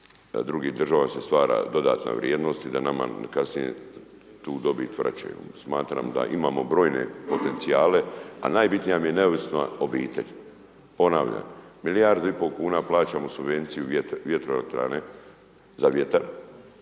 drugim državama se stvara dodatna vrijednost i da nama kasnije tu dobit vraćaju. Smatram da imamo brojne potencijale, a najbitnija mi je neovisna obitelj. Ponavljam, milijardu i pol kuna plaćamo subvenciju vjetroelektrane, za vjetar,